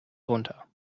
runter